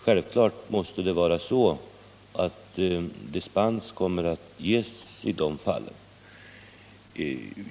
Självfallet måste dispens kunna ges i sådana fall.